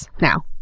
Now